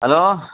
hello